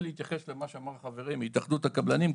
להתייחס למה שאמר חברי מהתאחדות הקבלנים.